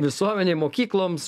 visuomenei mokykloms